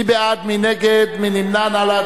מי בעד, מי נגד, מי נמנע?